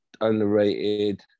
underrated